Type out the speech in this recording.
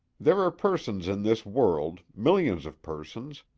there are persons in this world, millions of persons,